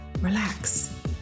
Relax